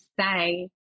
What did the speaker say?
say